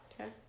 Okay